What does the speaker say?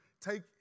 take